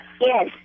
Yes